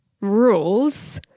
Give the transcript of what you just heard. rules